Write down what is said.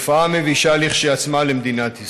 תופעה מבישה כשלעצמה למדינת ישראל.